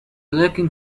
lurking